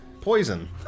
poison